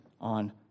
on